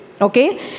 okay